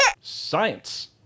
Science